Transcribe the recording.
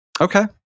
okay